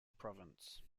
province